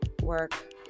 work